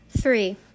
Three